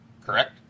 correct